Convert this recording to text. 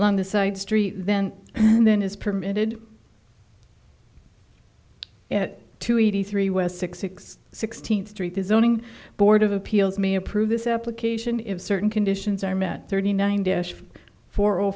along the side street then and then is permitted at two eighty three west six six sixteenth street designing board of appeals may approve this application if certain conditions are met thirty nine dash four